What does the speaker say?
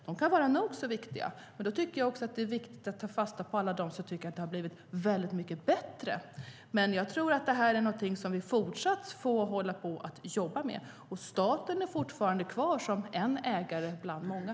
De kan vara nog så viktiga, men jag tycker att det är viktigt att också ta fasta på alla som tycker att det har blivit väldigt mycket bättre. Jag tror att det här är någonting som vi får fortsätta att jobba med. Staten är fortfarande kvar som en ägare bland många.